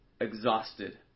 exhausted